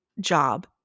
job